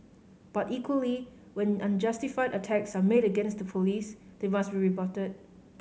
but equally when unjustified attacks are made against the Police they must be rebutted